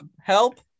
Help